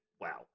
wow